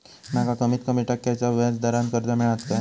माका कमीत कमी टक्क्याच्या व्याज दरान कर्ज मेलात काय?